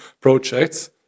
projects